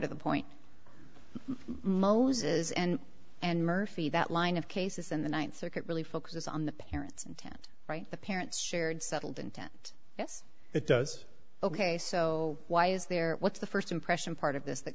to the point mozes and and murphy that line of cases in the ninth circuit really focuses on the parents intent right the parents shared settled intent yes it does ok so why is there what's the first impression part of this that